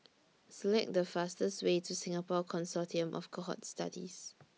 Select The fastest Way to Singapore Consortium of Cohort Studies